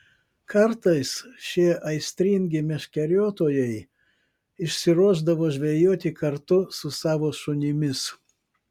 kartais šie aistringi meškeriotojai išsiruošdavo žvejoti kartu su savo šunimis